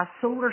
solar